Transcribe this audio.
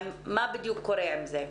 מה בדיוק קורה עם זה?